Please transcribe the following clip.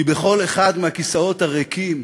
כי בכל אחד מהכיסאות הריקים